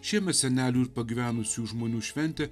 šiemet senelių ir pagyvenusių žmonių šventė